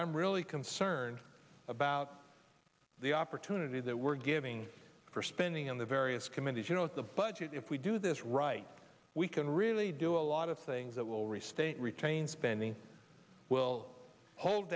i'm really concerned about the opportunity that we're giving for spending on the various committees you know the budget if we do this right we can really do a lot of things that will